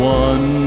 one